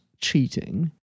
cheating